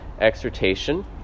exhortation